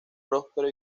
próspero